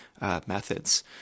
methods